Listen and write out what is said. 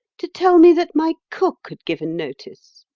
to tell me that my cook had given notice.